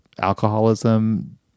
alcoholism